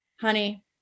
honey